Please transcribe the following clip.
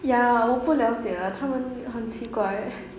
ya 我不了解他们很奇怪